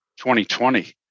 2020